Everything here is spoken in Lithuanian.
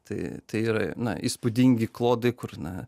tai yra na įspūdingi klodai kur na